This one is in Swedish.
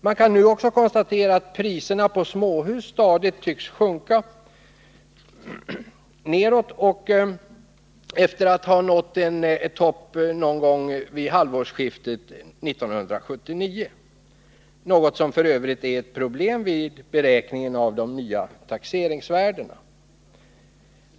Man kan nu också konstatera att priserna på småhus stadigt tycks sjunka efter att ha nått en topp vid halvårsskiftet 1979, något som f. ö. är ett problem vid beräkningen av de nya taxeringsvärdena.